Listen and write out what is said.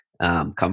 come